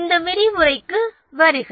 இந்த விரிவுரைக்கு வருக